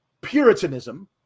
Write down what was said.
puritanism